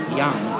young